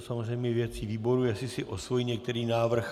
Je to samozřejmě věci výboru, jestli si osvojí některý návrh.